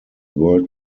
world